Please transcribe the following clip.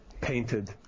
painted